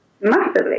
Massively